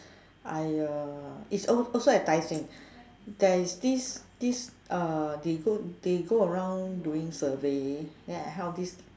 I uh it's also at Tai-Seng there is this this uh they go around doing survey then I help this